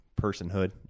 personhood